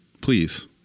Please